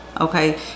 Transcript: okay